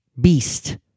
beast